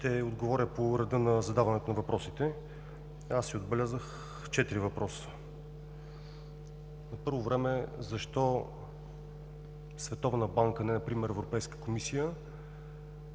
отговоря по реда на задаването на въпросите. Аз си отбелязах четири въпроса. На първо място, защо Световна банка, а не например Европейска комисия?